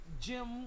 Jim